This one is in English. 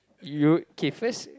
you K first